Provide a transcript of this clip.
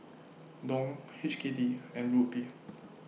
Dong H K D and Rupee